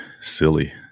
silly